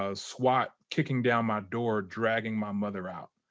ah swat kicking down my door, dragging my mother out.